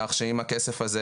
כך שאם הכסף הזה,